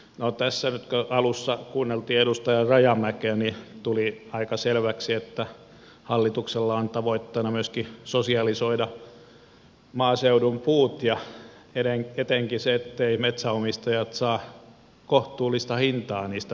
no tässä nyt kun alussa kuunneltiin edustaja rajamäkeä niin tuli aika selväksi että hallituksella on tavoitteena myöskin sosialisoida maaseudun puut ja etenkin se etteivät metsänomistajat saa kohtuullista hintaa niistä puistaan